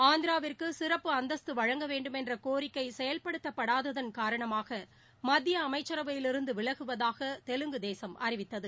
ஆந்திராவிற்கு சிறப்பு அந்தஸ்து வழங்க வேண்மென்ற கோிக்கை செயல்படுத்தப்படாததன் காரணமாக மத்திய அமைச்சரவையிலிருந்து விலகுவதாக தெலுங்கு தேசம் அறிவித்தது